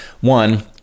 One